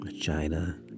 China